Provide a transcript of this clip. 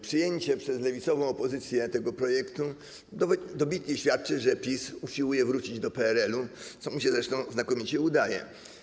Przyjęcie przez lewicową opozycję tego projektu dobitnie świadczy o tym, że PiS usiłuje wrócić do PRL-u, co mu się zresztą znakomicie udaje.